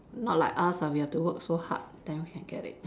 not like us ah we have to work so hard then we can get it